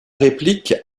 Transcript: réplique